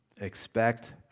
Expect